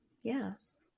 Yes